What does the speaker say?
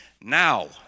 Now